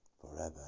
forever